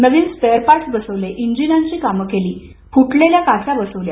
नवीन spare part बसवले इंजिनाची कामं केली फुटलेल्या काचा बसवल्या